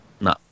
No